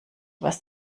was